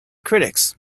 critics